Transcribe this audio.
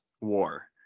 war